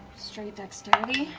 straight dexterity?